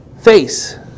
face